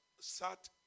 sat